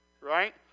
right